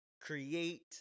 create